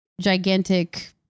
gigantic